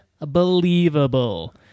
Unbelievable